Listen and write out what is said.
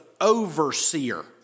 overseer